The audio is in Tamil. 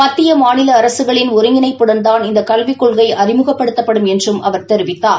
மத்திய மாநில அரசுகளின் ஒருங்கிணைப்புடன்தான் இந்த கல்விக் கொள்கை அறிமுகப்படுத்தப்படும் என்றும் அவர் தெரிவித்தார்